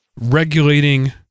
regulating